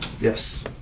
Yes